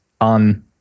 on